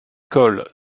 colle